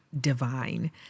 divine